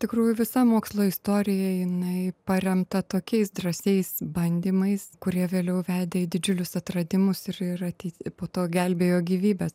tikrųjų visa mokslo istorija jinai paremta tokiais drąsiais bandymais kurie vėliau vedė į didžiulius atradimus ir ir po to gelbėjo gyvybes